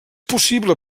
possible